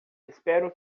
espero